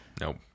Nope